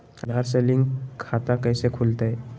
आधार से लिंक खाता कैसे खुलते?